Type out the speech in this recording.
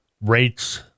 rates